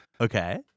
Okay